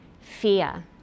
Fear